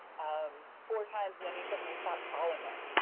um, four times and then you suddenly stop calling them.